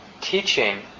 teaching